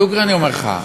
דוגרי אני אומר לך.